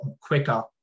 quicker